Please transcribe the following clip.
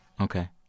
okay